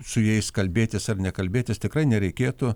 su jais kalbėtis ar nekalbėtis tikrai nereikėtų